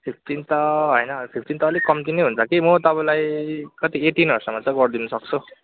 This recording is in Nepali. फिफ्टिन त होइन फिफ्टिन त अलिक कम्ती नै हुन्छ कि म तपाईलाई कति एट्टिनहरूसम्म चाहिँ गरिदिनु सक्छु